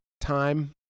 time